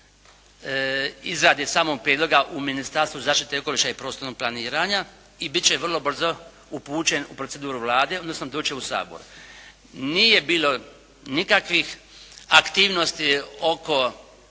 izrada je samog prijedloga u Ministarstvu zaštite okoliša i prostornog planirana i biti će vrlo brzo upućen u proceduru Vlade, odnosno doći će u Sabor. Nije bilo nikakvih aktivnosti oko